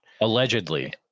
allegedly